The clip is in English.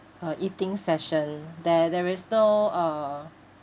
uh eating session there there is no uh